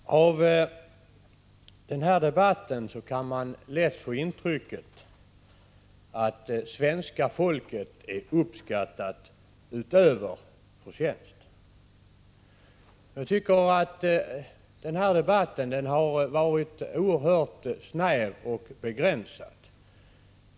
Herr talman! Av den här debatten kan man lätt få intrycket att svenska folket är uppskattat utöver förtjänst. Jag tycker att debatten har varit oerhört snäv och begränsad.